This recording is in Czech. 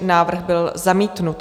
Návrh byl zamítnut.